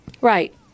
Right